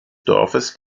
dorfes